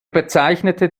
bezeichnete